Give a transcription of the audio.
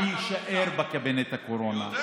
אני אישאר בקבינט הקורונה.